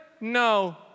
No